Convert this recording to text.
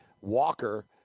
Walker